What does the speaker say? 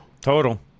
Total